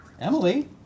Emily